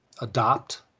adopt